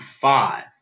five